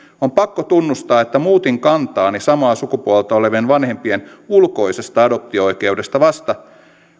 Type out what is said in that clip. on pakko tunnustaa että muutin kantaani samaa sukupuolta olevien vanhempien ulkoisesta adoptio oikeudesta vasta